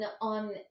on